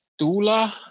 doula